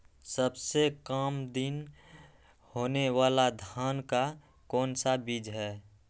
सबसे काम दिन होने वाला धान का कौन सा बीज हैँ?